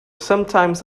sometimes